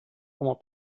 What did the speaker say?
como